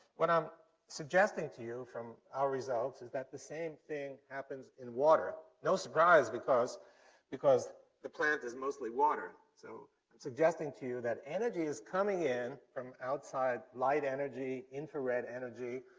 what i'm suggesting to you from our results, is that the same thing happens in water. no surprise, because because the plant is mostly water, so suggesting to you that energy is coming in from outside, light energy, infrared energy,